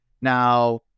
Now